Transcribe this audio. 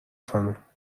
خانم